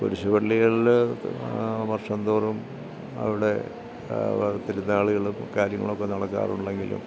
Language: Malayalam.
കുരിശുപള്ളികളിൽ വർഷംതോറും അവിടെ തിരുന്നാളുകളും കാര്യങ്ങളൊക്കെ നടക്കാറുണ്ടെങ്കിലും